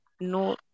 no